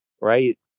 Right